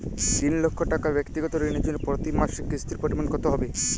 তিন লক্ষ টাকা ব্যাক্তিগত ঋণের জন্য প্রতি মাসে কিস্তির পরিমাণ কত হবে?